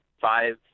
five